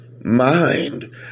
mind